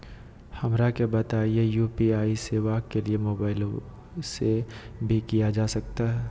हमरा के बताइए यू.पी.आई सेवा के लिए मोबाइल से भी किया जा सकता है?